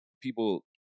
people